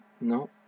no